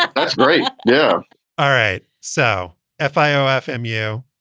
but that's great. yeah all right. so f i o f m you,